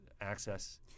access